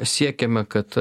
siekiame kad